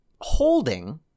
holding